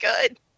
good